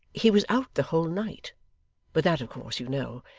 he was out the whole night but that of course you know.